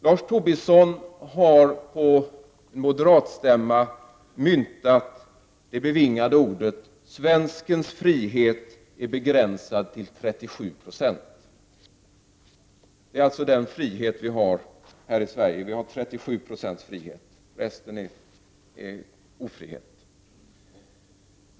Lars Tobisson har på en moderatstämma myntat de bevingade orden: ”Svenskens frihet är begränsad till 37 9o.” Vi har alltså i Sverige 37 Ze frihet. Resten är ofrihet.